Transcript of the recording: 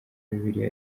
bibiliya